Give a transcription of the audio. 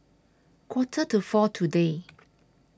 Quarter to four today